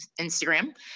instagram